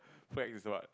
flag is what